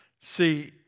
See